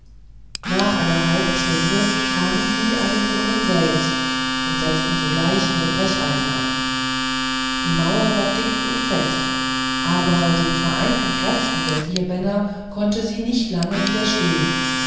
nach einer halben stunde kamen sie an den brunnen selbst und setzten sogleich ihre brecheisen an die mauer war dick und fest aber den vereinten kräften der vier männer konnte sie nicht lange widerstehen